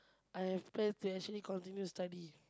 I have plan to actually continue study